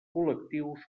col·lectius